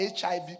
HIV